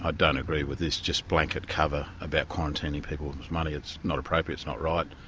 ah don't agree with this just blanket cover about quarantining people's money, it's not appropriate, it's not right,